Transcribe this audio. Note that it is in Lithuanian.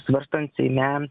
svarstant seime